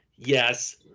Yes